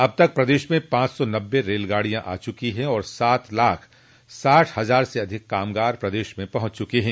अब तक प्रदेश में पांच सौ नब्बे रेलगाड़ियां आ चुकी है आर सात लाख साठ हजार से अधिक कामगार प्रदेश में पहुंच चुके हैं